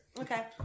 Okay